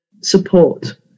support